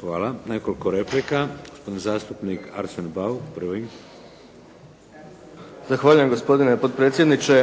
Hvala. Nekoliko replika. Gospodin zastupnik Arsen Bauk, prvi. **Bauk, Arsen (SDP)** Zahvaljujem gospodine potpredsjedniče.